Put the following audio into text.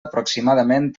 aproximadament